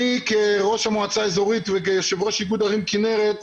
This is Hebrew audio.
אני כראש המועצה האזורית וכיושב ראש איגוד ערים כנרת,